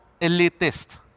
elitist